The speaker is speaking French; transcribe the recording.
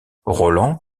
roland